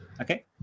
Okay